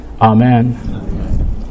amen